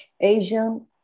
Asian